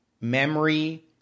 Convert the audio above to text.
memory